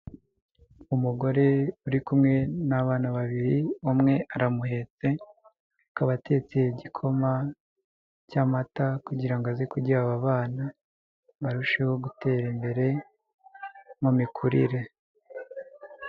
Umugore uri kumwe n'abana babiri umwe aramuhetse, akaba atetse igikoma cy'amata kugirango aze kugiha aba bana barusheho gutera imbere mu mikurire.